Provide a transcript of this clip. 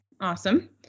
awesome